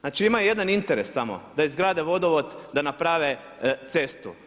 Znači imaju jedan interes samo da izgrade vodovod, da naprave cestu.